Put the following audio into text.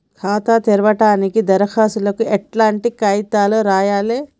ఖాతా తెరవడానికి దరఖాస్తుకు ఎట్లాంటి కాయితాలు రాయాలే?